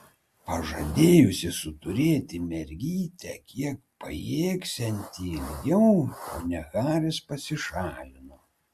pažadėjusi suturėti mergytę kiek pajėgsianti ilgiau ponia haris pasišalino